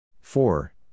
four